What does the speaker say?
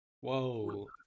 Whoa